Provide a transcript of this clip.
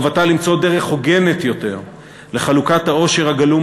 מחובתה למצוא דרך הוגנת יותר לחלוקת העושר הגלום